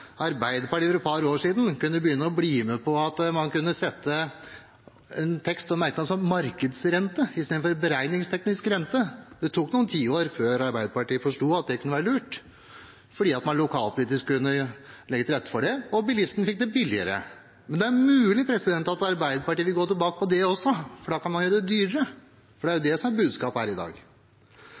Arbeiderpartiet for et par år siden kunne bli med på en merknad om markedsrente i stedet for beregningsteknisk rente. Det tok noen tiår før Arbeiderpartiet forsto at det kunne være lurt fordi man lokalpolitisk kunne legge til rette for det og bilisten fikk det billigere. Men det er mulig at Arbeiderpartiet vil gå tilbake på det også, for da kan man gjøre det dyrere, og det er jo det som er budskapet her i dag.